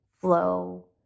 flow